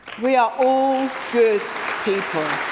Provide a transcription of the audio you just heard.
we are all good people.